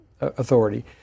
authority